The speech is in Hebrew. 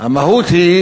המהות היא